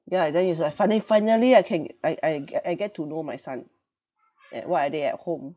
ya and then it's like fina~ finally I can I I ge~ I get to know my son at what are they at home